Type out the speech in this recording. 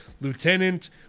Lieutenant